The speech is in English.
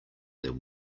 their